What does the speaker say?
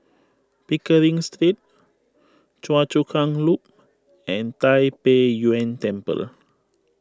Pickering Street Choa Chu Kang Loop and Tai Pei Yuen Temple